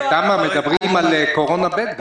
מדברים על קורונה ב'.